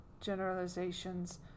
generalizations